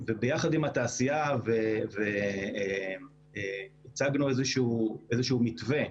וביחד עם התעשייה הצגנו מתווה,